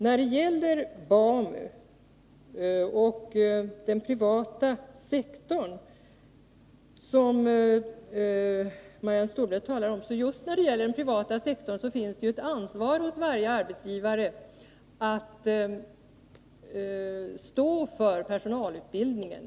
När det gäller möjligheten att vidga verksamheten med BAMU till den privata sektorn, som Marianne Stålberg talar om, vill jag framhålla att varje arbetsgivare har ett ansvar för personalutbildningen.